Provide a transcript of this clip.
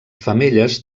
femelles